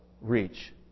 reach